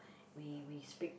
we we speak